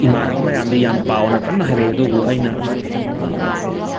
ꯏꯃꯥꯟꯅꯕ ꯃꯌꯥꯝꯗꯤ ꯌꯥꯝ ꯄꯥꯎꯑꯣꯅ ꯀꯟꯅ ꯍꯥꯏꯔꯛꯏ ꯑꯗꯨꯕꯨ ꯑꯩꯅ